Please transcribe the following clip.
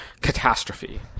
catastrophe